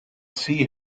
see